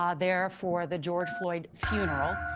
um therefore, the george floyd's funeral.